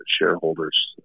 shareholders